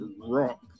rock